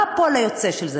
מה הפועל היוצא של זה,